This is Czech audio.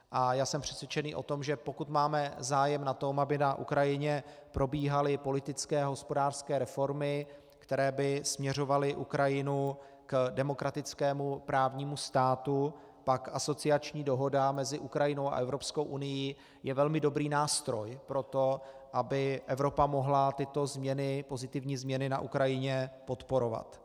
A já jsem přesvědčený o tom, že pokud máme zájem na tom, aby na Ukrajině probíhaly politické a hospodářské reformy, které by směřovaly Ukrajinu k demokratickému právnímu státu, pak asociační dohoda mezi Ukrajinou a Evropskou unií je velmi dobrý nástroj pro to, aby Evropa mohla tyto pozitivní změny na Ukrajině podporovat.